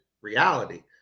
reality